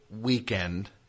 weekend